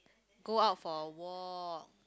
go out for a walk